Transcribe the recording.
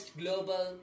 global